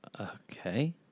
Okay